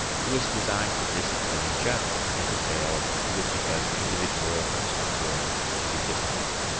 it was designed to discipline in general, and if it failed, it was because the individual was unwilling to be disciplined.